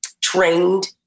trained